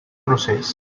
procés